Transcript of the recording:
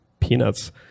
Peanuts